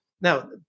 now